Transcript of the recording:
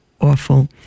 awful